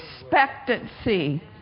expectancy